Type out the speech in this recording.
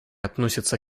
относится